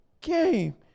game